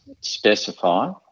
specify